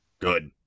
Good